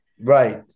Right